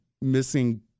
missing